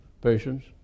patients